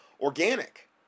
organic